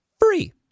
free